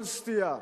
כל סטייה,